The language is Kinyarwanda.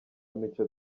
mico